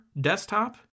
desktop